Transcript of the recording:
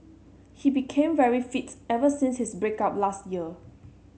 he became very fit ever since his break up last year